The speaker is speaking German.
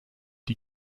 die